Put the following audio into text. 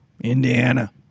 Indiana